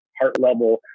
heart-level